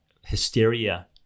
hysteria